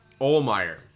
Olmeyer